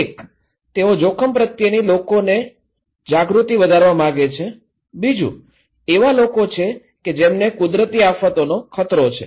એક તેઓ જોખમ પ્રત્યેની લોકોને લોકોની જાગૃતિ વધારવા માંગે છે બીજું એવા લોકો છે કે જેમને કુદરતી આફતોનો ખતરો છે